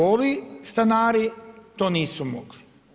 Ovi stanari to nisu mogli.